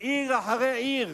עיר אחרי עיר,